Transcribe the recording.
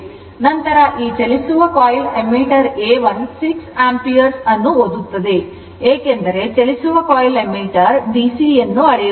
ನಂತರ ಈ ಚಲಿಸುವ coil ammeter A 1 6 ಆಂಪಿಯರ್ ಅನ್ನು ಓದುತ್ತದೆ ಏಕೆಂದರೆ ಚಲಿಸುವ coil ammeter ಡಿಸಿ ಅನ್ನು ಅಳೆಯುತ್ತದೆ